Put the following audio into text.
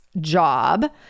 job